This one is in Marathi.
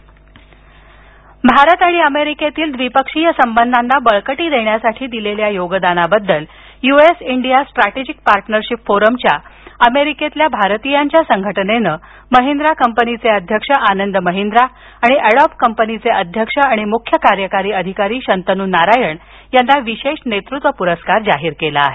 भारतीयांना पुरस्कार भारत आणि अमेरिकेतील द्विपक्षीय संबधांना बळकटी देण्यासाठी दिलेल्या योगदानाबद्दल युएस इंडिया स्ट्रॅटेजिक पार्टनरशिप फोरमया अमेरिकेतील भारतीयांच्या संघटनेनं महिंद्रा कंपनीचे अध्यक्ष आनंद महिंद्रा आणि एडोब कंपनीचे अध्यक्ष आणि मुख्य कार्यकारी अधिकारी शंतनू नारायण यांना विशेष नेतृत्व पुरस्कार जाहीर केला आहे